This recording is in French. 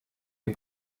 les